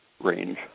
range